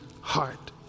heart